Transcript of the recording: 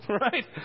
right